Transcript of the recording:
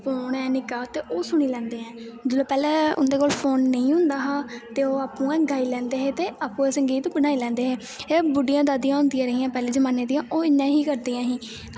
phone ऐ निक्का ते ओह् सुनी लैंदे ऐं पैह्लें जिसलै उं'दै कोल फोन नेईं होंदा हा ते ओह् आपूं गै गाई लैंदे हे ते आपूं गै संगीत बनाई लैंदे हे बुढियां दादियां होंदियां रेहियां पैह्लें जमाने दियां ओह् इ'यां गै करदियां रेहियां